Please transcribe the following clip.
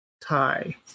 tie